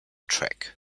track